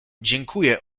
dziękuję